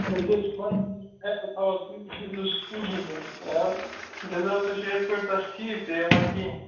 أسۍ حظ چھِ پَنٕنۍ کِنۍ خیال تھاوان تُہۍ تہِ تھٲے زیو سکوٗل سٕے پٮ۪ٹھ خیال رِزَلٹ چھُ یِتھ پٲٹھۍ تَس ٹھیٖک تہِ یوان کِہیٖنۍ